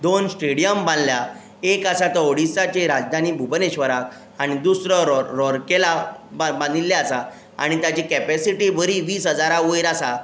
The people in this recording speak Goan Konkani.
दोन स्टॅडियम बांदल्या एक आसा तो ओडिसाचे राजधानी बुबनेशवराक आनी दुसरो रौर रौरखेला बांदिल्लो आसा आनी ताची कॅपेसिटी बरी वीस हजारा वयर आसा